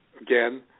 again